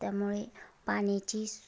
त्यामुळे पाण्याची